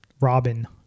Robin